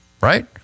right